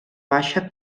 baixa